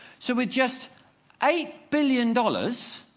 so with just eight billion dollars,